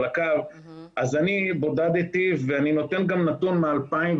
אז אני בודדתי ואני נותן גם נתון מ-2019,